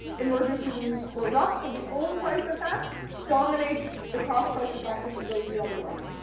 emergency room goes up. so the own price effect dominates the cross price effect if it goes the other way.